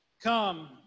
Come